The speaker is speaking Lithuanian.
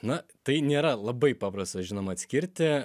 na tai nėra labai paprasta žinoma atskirti